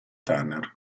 turner